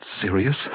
serious